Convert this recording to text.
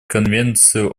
конвенцию